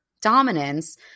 dominance